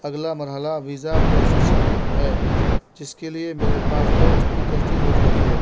اگلا مرحلہ visa processing ہے جس کے لیے میرے پاسپورٹ کی تجدید ضروری ہے